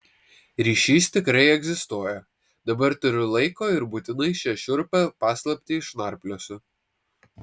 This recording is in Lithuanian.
ryšys tikrai egzistuoja dabar turiu laiko ir būtinai šią šiurpią paslaptį išnarpliosiu